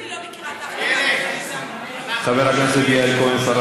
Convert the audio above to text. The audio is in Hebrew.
ואם אני לא מכירה את, חברת הכנסת יעל כהן-פארן,